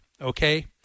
okay